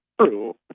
true